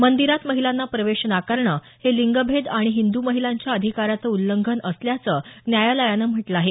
मंदिरात महिलांना प्रवेश नाकारणं हे लिंगभेद आणि हिंदू महिलांच्या अधिकाराचं उल्लंघन असल्याचं न्यायालयानं म्हटलं आहे